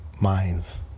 minds